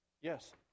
yes